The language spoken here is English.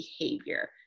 behavior